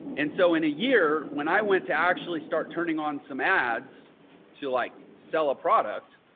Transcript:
and so in a year when i went to actually start turning on some ads to like sell a product,